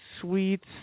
sweets